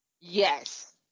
Yes